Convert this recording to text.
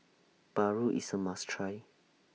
Paru IS A must Try